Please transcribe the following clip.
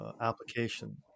Application